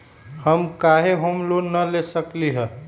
हम काहे home loan न ले सकली ह?